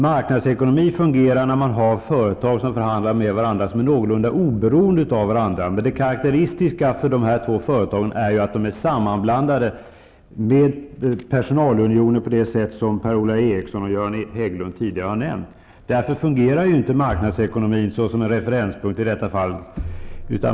Marknadsekonomi fungerar när företag som är någorlunda oberoende av varandra förhandlar med varandra. Men det karaktäristiska för de här två företagen är att de är sammanblandade med personalunioner på ett sådant sätt som Per-Ola Eriksson och Göran Hägglund tidigare har nämnt. Därför fungerar inte marknadsekonomin som en referenspunkt i detta fall.